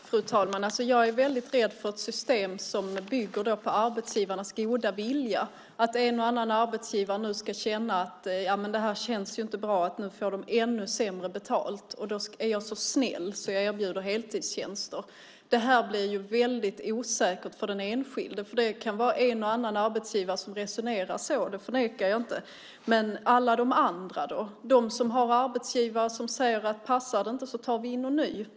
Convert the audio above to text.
Fru talman! Jag är väldigt rädd för ett system som bygger på arbetsgivarnas goda vilja, att en och annan arbetsgivare nu ska säga: Det här känns inte bra. Nu får de ännu sämre betalt. Därför är jag så snäll att jag erbjuder heltidstjänster. Det här blir väldigt osäkert för den enskilde. En och annan arbetsgivare kan resonera så; det förnekar jag inte. Jag undrar hur det då är med alla andra som har arbetsgivare som säger: Passar det inte tar vi in någon ny.